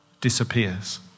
disappears